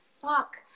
fuck